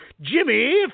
Jimmy